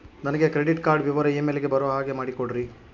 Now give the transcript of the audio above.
ನನಗೆ credit card ವಿವರ email ಗೆ ಬರೋ ಹಾಗೆ ಮಾಡಿಕೊಡ್ರಿ?